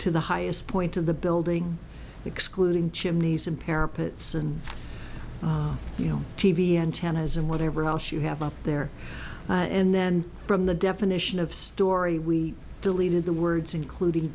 to the highest point of the building excluding chimneys and pear pits and you know t v antennas and whatever else you have up there and then from the definition of story we deleted the words including